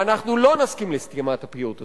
ואנחנו לא נסכים לסתימת הפיות הזאת.